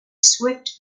swift